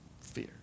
fear